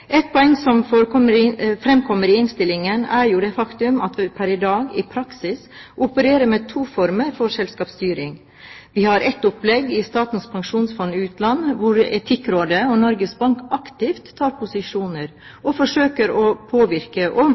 Et poeng som fremkommer i innstillingen, er det faktum at vi pr. i dag i praksis opererer med to former for selskapsstyring. Vi har ett opplegg i Statens pensjonsfond – Utland, hvor Etikkrådet og Norges Bank aktivt tar posisjoner og forsøker å påvirke